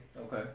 Okay